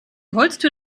holztür